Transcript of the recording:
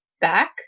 back